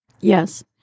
Yes